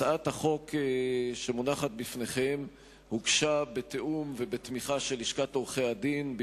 הצעת החוק שמונחת בפניכם הוגשה בתיאום עם לשכת עורכי-הדין ובתמיכה שלה,